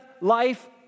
life